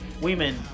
women